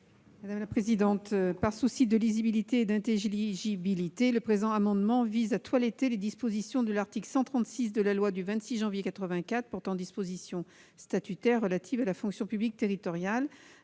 Mme le rapporteur. Par souci de lisibilité et d'intelligibilité, cet amendement vise à toiletter les dispositions de l'article 136 de la loi du 26 janvier 1984 portant dispositions statutaires relatives à la fonction publique territoriale,